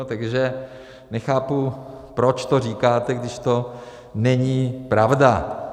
Takže nechápu, proč to říkáte, když to není pravda.